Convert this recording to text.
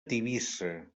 tivissa